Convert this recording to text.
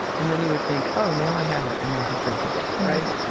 and then he would think, oh, now i have it and then he'd drink again, right?